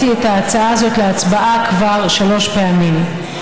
את ההצעה הזאת להצבעה כבר שלוש פעמים: